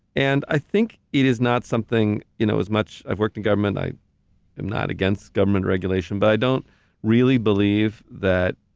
and i think it is not something, you know, as much, i've worked in government, i am not against government regulation, but i don't really believe that,